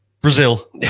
Brazil